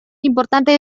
importante